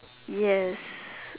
yes